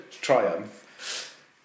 triumph